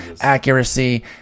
accuracy